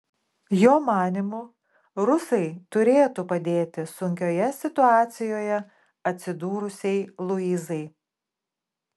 jo manymu rusai turėtų padėti sunkioje situacijoje atsidūrusiai luizai